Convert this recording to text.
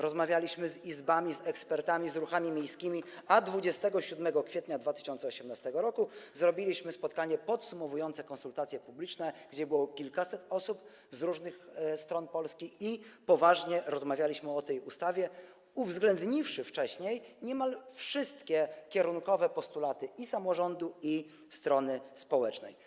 Rozmawialiśmy z izbami, z ekspertami, z ruchami miejskimi, a 27 kwietnia 2018 r. zrobiliśmy spotkanie podsumowujące konsultacje publiczne, gdzie było kilkaset osób z różnych stron Polski i poważnie rozmawialiśmy o tej ustawie, uwzględniwszy wcześniej niemal wszystkie kierunkowe postulaty i samorządu, i strony społecznej.